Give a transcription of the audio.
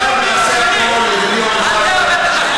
1. נעשה, אל תעוות את החוק.